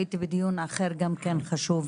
הייתי בדיון גם כן חשוב.